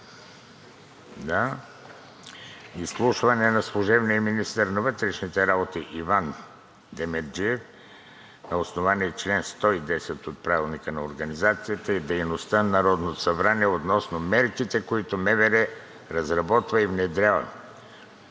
Изслушване на служебния министър на вътрешните работи Иван Демерджиев на основание чл. 110 от Правилника за организацията и дейността на Народното събрание относно мерките, които МВР разработва и внедрява